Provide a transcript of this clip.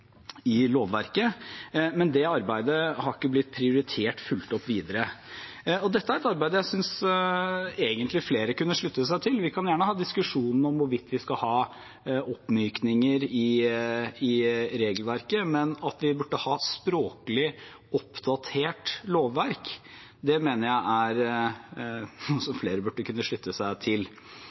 lovverket. Det arbeidet har ikke blitt prioritert fulgt opp videre. Dette er et arbeid jeg synes egentlig flere kunne slutte seg til. Vi kan gjerne ha diskusjonene om hvorvidt vi skal ha oppmykninger i regelverket, men at vi burde ha et språklig oppdatert lovverk, mener jeg er noe som flere burde kunne slutte seg til.